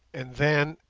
and then,